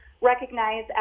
recognize